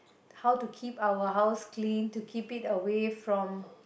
how to keep our house clean to keep it away from